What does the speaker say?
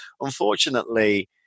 unfortunately